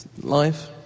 Life